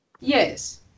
Yes